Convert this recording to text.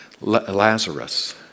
Lazarus